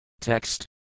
Text